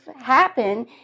happen